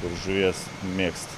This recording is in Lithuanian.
ir žuvies mėgsta